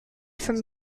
from